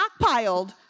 Stockpiled